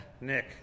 Nick